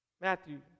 Matthew